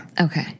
Okay